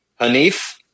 Hanif